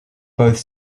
both